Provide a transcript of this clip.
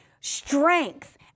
strength